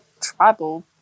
tribal